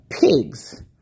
pigs